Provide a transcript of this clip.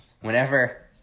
whenever